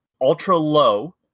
ultra-low